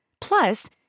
Plus